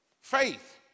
Faith